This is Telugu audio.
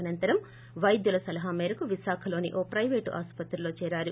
అనంతరం వైద్యుల సలహామేరకు విశాఖలోని ఓ పైవేటు ఆసుపత్రిలో చేరారు